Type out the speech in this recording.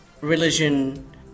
religion